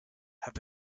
have